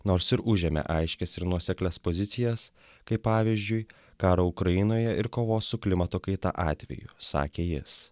nors ir užėmė aiškias ir nuoseklias pozicijas kaip pavyzdžiui karo ukrainoje ir kovos su klimato kaita atveju sakė jis